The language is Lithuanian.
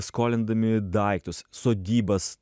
skolindami daiktus sodybas